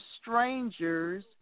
strangers